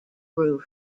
roof